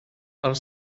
are